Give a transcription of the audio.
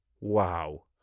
wow